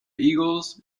eagles